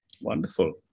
Wonderful